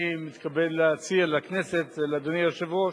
אני מתכבד להציע לכנסת, לאדוני היושב-ראש,